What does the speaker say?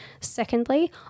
Secondly